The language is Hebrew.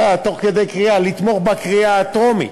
תודה, חבר הכנסת גפני.